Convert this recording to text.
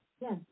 Yes